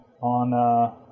on